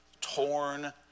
torn